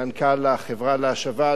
מנכ"ל החברה להשבה,